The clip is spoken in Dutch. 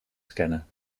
scannen